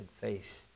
face